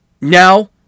Now